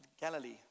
Galilee